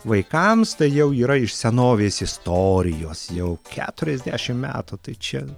vaikams tai jau yra iš senovės istorijos jau keturiasdešim metų tai čia